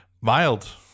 mild